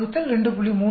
9 2